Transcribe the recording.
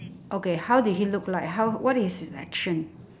okay how did he look like how what is his action